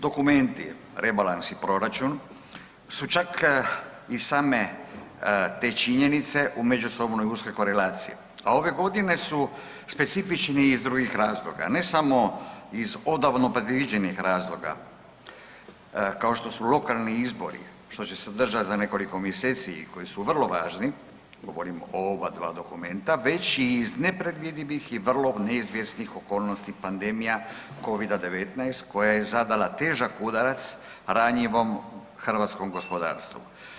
Dokumenti rebalans i proračun su čak i same te činjenica u međusobnoj uskoj korelaciji, a ove godine su specifični iz drugih razloga, ne samo iz odavno predviđenih razloga kao što su lokalni izbori što će se održati za nekoliko mjeseci i koji su vrlo važni, govorim o obadva dokumenta, već iz nepredvidivih i vrlo neizvjesnih okolnosti pandemija covida-19 koja je zadala težak udarac ranjivom hrvatskom gospodarstvu.